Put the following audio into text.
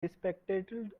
bespectacled